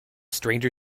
stranger